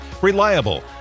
reliable